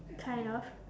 kind of